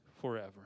forever